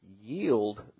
yield